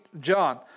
John